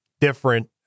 different